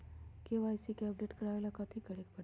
KYC के update करवावेला कथि करें के परतई?